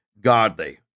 godly